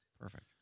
Perfect